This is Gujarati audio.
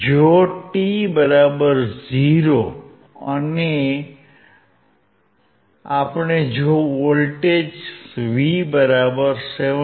જો t0 અને આપણે જો વોલ્ટેજ V7